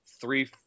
three